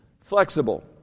flexible